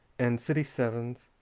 and city sevens,